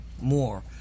more